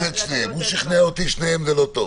הוא שכנע אותי ששניהם זה לא טוב.